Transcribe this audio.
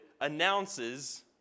announces